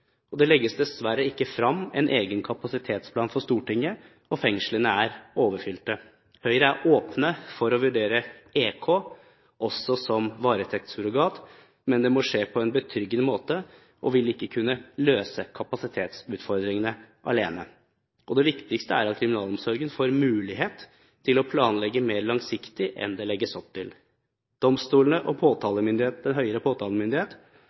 37. Det legges dessverre ikke frem en egen kapasitetsplan for Stortinget, og fengslene er overfylte. Høyre er åpen for å vurdere EK – elektronisk kontroll – også som varetektssurrogat, men det må skje på en betryggende måte og vil ikke alene kunne løse kapasitetsutfordringene. Det viktigste er at kriminalomsorgen får mulighet til å planlegge mer langsiktig enn det legges opp til. Domstolene og den høyere påtalemyndighet